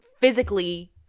physically